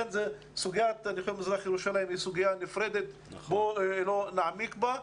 אני חושב שסוגיית מזרח ירושלים היא סוגיה נפרדת ובואו לא נעמיק בה.